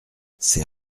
c’est